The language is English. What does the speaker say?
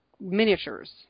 miniatures